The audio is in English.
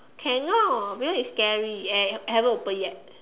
cannot because it's scary and haven't open yet